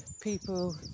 people